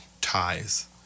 ties